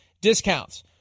discounts